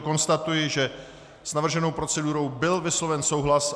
Konstatuji, že s navrženou procedurou byl vysloven souhlas.